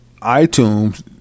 iTunes